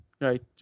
right